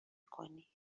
کنی